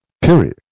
Period